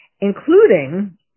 including